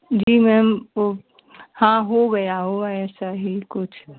जी ma'am वह हाँ हो गया होगा ऐसा ही कुछ